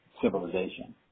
civilization